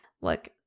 look